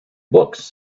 books